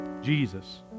Jesus